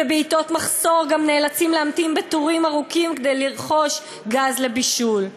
ובעתות מחסור גם נאלצים להמתין בתורים ארוכים כדי לרכוש גז לבישול.